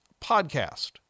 podcast